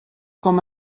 com